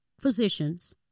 physicians